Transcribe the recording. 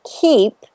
keep